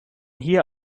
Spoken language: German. hier